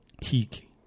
Teak